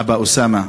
אבא אוסאמה.